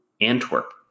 Antwerp